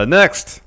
next